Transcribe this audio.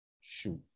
Shoot